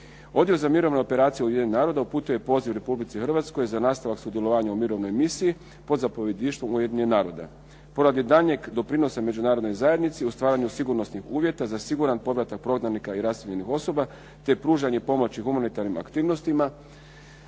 Odjel za mirovne operacije Ujedinjenih naroda uputio je poziv Republici Hrvatskoj za nastavak sudjelovanja u mirovnoj misiji pod zapovjedništvom Ujedinjenih naroda. Po radi daljnjeg doprinosa međunarodnoj zajednici u stvaranju sigurnosnih uvjeta za siguran povratak prognanika i raseljenih osoba, te pružanje pomoći humanitarnim aktivnostima,